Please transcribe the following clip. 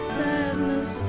sadness